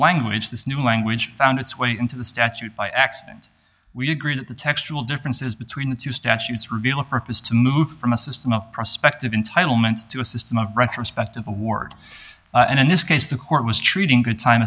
language this new language found its way into the statute by accident we agree that the textual differences between the two statutes reveal a purpose to move from a system of prospective entitlement to a system of retrospective award and in this case the court was treating good time